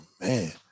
man